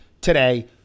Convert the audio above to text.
today